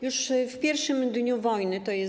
Już w pierwszym dniu wojny, tj.